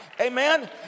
Amen